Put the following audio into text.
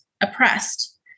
oppressed